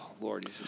Lord